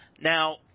Now